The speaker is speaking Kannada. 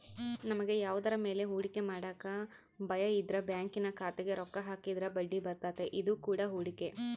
ನಮಗೆ ಯಾವುದರ ಮೇಲೆ ಹೂಡಿಕೆ ಮಾಡಕ ಭಯಯಿದ್ರ ಬ್ಯಾಂಕಿನ ಖಾತೆಗೆ ರೊಕ್ಕ ಹಾಕಿದ್ರ ಬಡ್ಡಿಬರ್ತತೆ, ಇದು ಕೂಡ ಹೂಡಿಕೆ